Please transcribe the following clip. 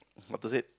what to said